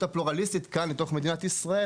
הפלורליסטית כאן בתוך מדינת ישראל?